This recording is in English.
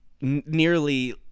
Nearly